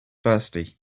thirsty